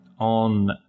on